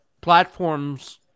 platforms